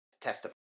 testify